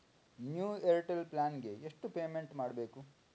New Airtel plan ಗೆ ಎಷ್ಟು payment ಮಾಡ್ಬೇಕು?